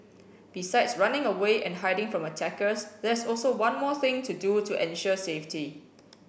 besides running away and hiding from attackers there's also one more thing to do to ensure safety